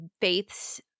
Faith's